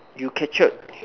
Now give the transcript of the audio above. you captured